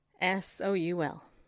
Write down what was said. S-O-U-L